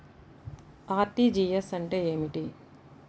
RTGS అంటే ఏమిటి?